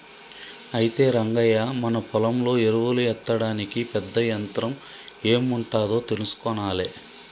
అయితే రంగయ్య మన పొలంలో ఎరువులు ఎత్తడానికి పెద్ద యంత్రం ఎం ఉంటాదో తెలుసుకొనాలే